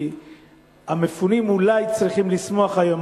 כי המפונים אולי צריכים לשמוח היום,